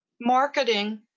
marketing